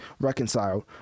reconciled